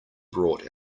brought